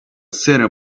sitting